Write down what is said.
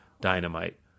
Dynamite